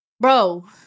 bro